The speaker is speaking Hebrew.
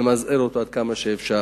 נמזער אותו עד כמה שאפשר.